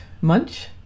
Munch